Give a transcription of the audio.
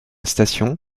station